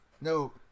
No